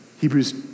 Hebrews